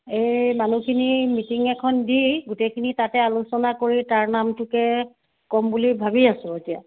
এই মানুহখিনি মিটিং এখন দি গোটেইখিনি তাতে আলোচনা কৰি তাৰ নামটোকে ক'ম বুলি ভাবি আছোঁ